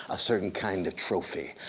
a certain kind of trophy,